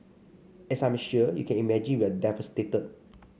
as I'm sure you can imagine we are devastated